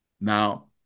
Now